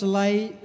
light